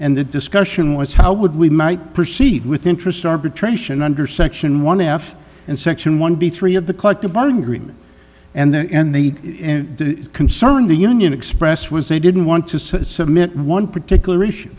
and the discussion was how would we might proceed with interest arbitration under section one f and section one b three of the collective bargain greenman and the and the concerned the union express was they didn't want to submit one particular issue